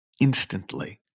instantly